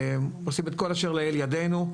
עושים את כל אשר לאל ידינו.